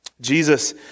Jesus